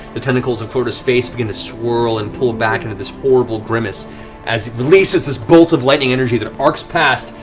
the tentacles of clarota's face begin to swirl and pull back into this horrible grimace as it releases this bolt of lighting energy that arcs past,